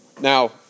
Now